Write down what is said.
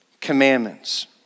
commandments